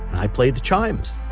i played the chimes.